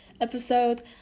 episode